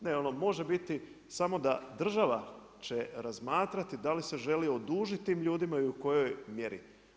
Ne ono može biti samo da država će razmatrati da li se želi odužiti tim ljudima i u kojoj mjeri.